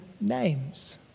names